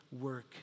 work